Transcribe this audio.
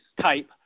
type